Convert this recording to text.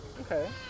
Okay